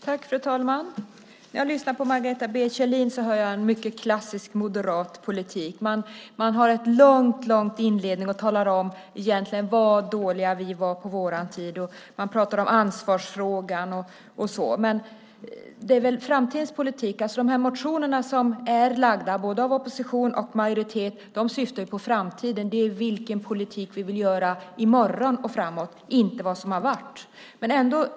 Fru talman! När jag lyssnar på Margareta B Kjellin hör jag en mycket klassisk moderat politik. Man har en lång inledning och talar om hur dåliga vi var på vår tid, och man pratar om ansvarsfrågan och så vidare. Men det handlar väl om framtidens politik? De motioner som är väckta av både opposition och majoritet syftar ju på framtiden. Det gäller vilken politik vi vill ha i morgon och framåt, inte vad som har varit.